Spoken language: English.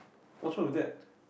what's wrong with that